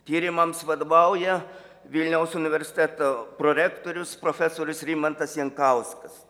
tyrimams vadovauja vilniaus universiteto prorektorius profesorius rimantas jankauskas